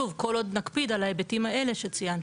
שוב, כל עוד נקפיד על ההיבטים האלה שציינתי.